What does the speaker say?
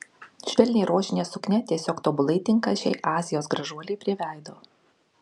švelniai rožinė suknia tiesiog tobulai tinka šiai azijos gražuolei prie veido